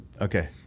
Okay